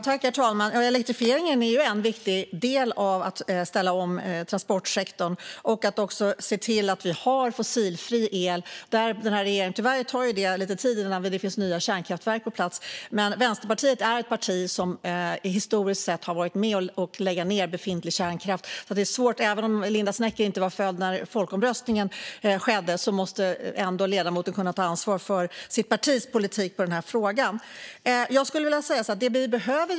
Herr talman! Elektrifieringen är en viktig del av att ställa om transportsektorn. Det är också viktigt att se till att det finns fossilfri el. Tyvärr tar det ju lite tid innan nya kärnkraftverk finns på plats, men Vänsterpartiet har historiskt sett varit med och lagt ned befintlig kärnkraft. Även om Linda Westerlund Snecker inte var född när folkomröstningen hölls måste ledamoten ändå kunna ta ansvar för sitt partis politik i den här frågan.